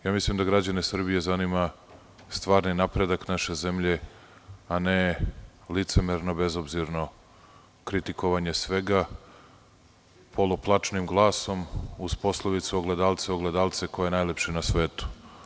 Ja mislim da građane Srbije zanima stvarni napredak naše zemlje, a ne licemerno i bezobzirno kritikovanje svega, poluplačnim glasom, uz poslovicu - ogledalce, ogledalce, ko je najlepši na svetu?